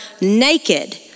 naked